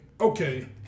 okay